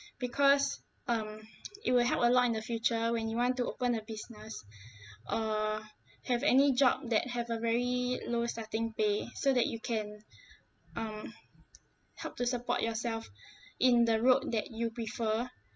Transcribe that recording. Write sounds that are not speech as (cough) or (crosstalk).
because um (noise) it will help a lot in the future when you want to open a business or have any job that have a very low starting pay so that you can um help to support yourself in the road that you prefer